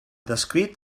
descrit